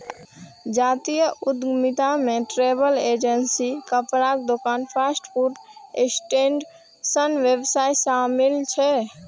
जातीय उद्यमिता मे ट्रैवल एजेंसी, कपड़ाक दोकान, फास्ट फूड स्टैंड सन व्यवसाय शामिल छै